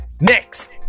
Next